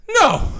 No